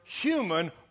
human